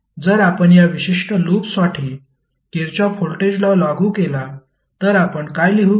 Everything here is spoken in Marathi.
जर आपण या विशिष्ट लूपसाठी किरचॉफ व्होल्टेज लॉ लागू केला तर आपण काय लिहू